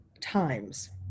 times